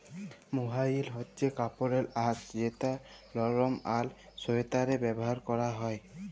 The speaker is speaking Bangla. মোহাইর হছে কাপড়ের আঁশ যেট লরম আর সোয়েটারে ব্যাভার ক্যরা হ্যয়